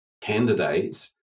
candidates